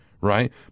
right